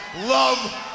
love